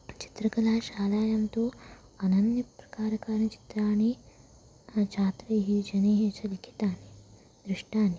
चित्रकलाशालायां तु अनन्य प्रकारकाणि चित्राणि छात्रैः जनैः च लिखितानि दृष्टानि